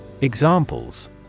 Examples